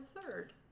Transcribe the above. third